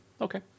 Okay